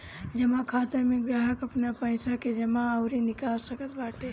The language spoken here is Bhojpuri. जमा खाता में ग्राहक अपनी पईसा के जमा अउरी निकाल सकत बाटे